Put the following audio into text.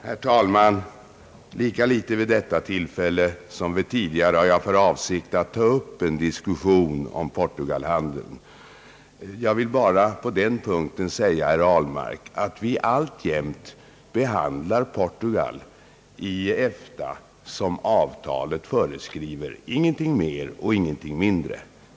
Herr talman! Lika litet vid detta tillfälle som vid tidigare tillfällen har jag för avsikt att ta upp en diskussion om portugalhandeln. Jag vill på den punkten bara säga herr Ahlmark, att vi alltjämt behandlar Portugal i EFTA så som avtalet föreskriver, ingenting mer och ingenting mindre.